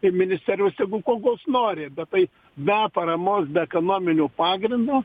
ir ministerijos tegul kokios nori bet kaip be paramos be ekonominio pagrindo